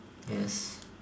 yes